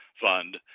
fund